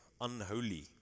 unholy